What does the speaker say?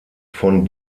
von